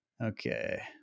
Okay